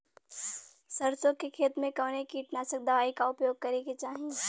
सरसों के खेत में कवने कीटनाशक दवाई क उपयोग करे के चाही?